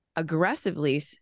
aggressively